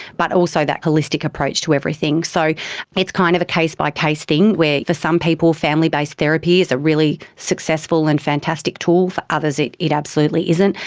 but also that holistic approach to everything. so it's kind of a case-by-case thing where for some people family-based therapy is a really successful and fantastic tool, for others it's absolutely isn't.